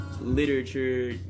literature